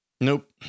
Nope